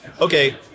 okay